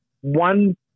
one